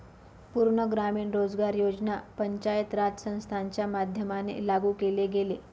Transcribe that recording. पूर्ण ग्रामीण रोजगार योजना पंचायत राज संस्थांच्या माध्यमाने लागू केले गेले